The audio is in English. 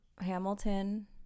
Hamilton